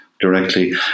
directly